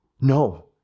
No